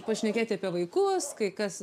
pašnekėti apie vaikus kai kas